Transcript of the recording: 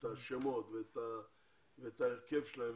את השמות ואת ההרכב שלהם,